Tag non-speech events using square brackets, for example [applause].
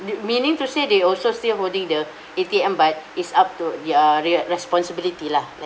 you meaning to say they also still holding the [breath] A_T_M but it's up to their resp~ responsibility lah